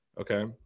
okay